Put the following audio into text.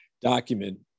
document